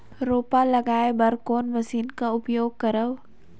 रोपा लगाय बर कोन मशीन कर उपयोग करव?